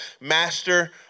master